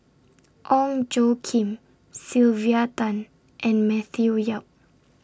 Ong Tjoe Kim Sylvia Tan and Matthew Yap